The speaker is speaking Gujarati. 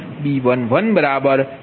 35 એટલા માટેd10